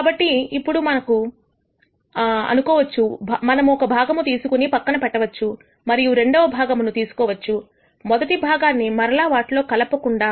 కాబట్టి ఇప్పుడు మనం అనుకోవచ్చు మనము ఒక భాగము తీసుకుని పక్కన పెట్టవచ్చు మరియు రెండవ భాగము భాగము ను తీసుకోవచ్చు మొదటి భాగాన్ని మరల వాటిలో కలపకుండా